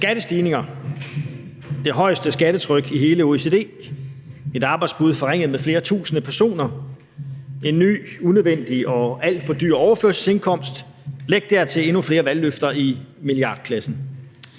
Skattestigninger. Det højeste skattetryk i hele OECD. Et arbejdsudbud forringet med flere tusinde personer. En ny unødvendig og alt for dyr overførselsindkomst. Læg dertil endnu flere valgløfter i milliardklassen.